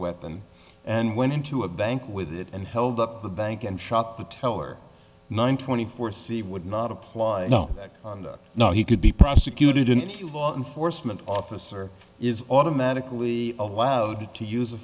weapon and went into a bank with it and held up the bank and shot the teller nine twenty four c would not apply no no he could be prosecuted in law enforcement officer is automatically allowed to use a